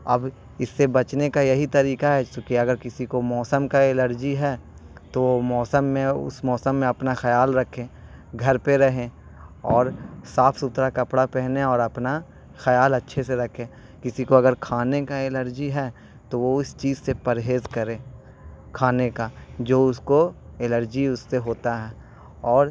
اب اس سے بچنے کا یہی طریقہ ہے چونکہ اگر کسی کو موسم کا الرجی ہے تو وہ موسم میں اس موسم میں اپنا خیال رکھیں گھر پہ رہیں اور صاف ستھرا کپڑا پہنے اور اپنا خیال اچھے سے رکھے کسی کو اگر کھانے کا الرجی ہے تو وہ اس چیز سے پرہیز کرے کھانے کا جو اس کو الرجی اس سے ہوتا ہے اور